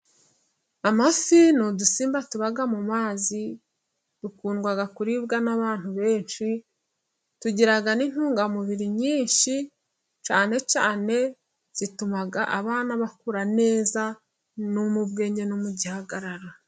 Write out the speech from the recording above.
Amafi ni udusimba tuba mu mazi ,dukundwa kuribwa n'abantu benshi ,tugira n'intungamubiri nyinshi cyane cyane zituma abana bakura, neza no mu bwenge no mu gihagararo.